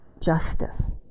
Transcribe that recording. justice